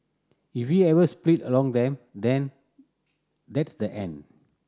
if we ever split along them than that's the end